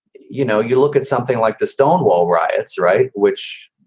you know, you look at something like the stonewall riots, right. which,